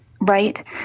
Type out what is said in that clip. Right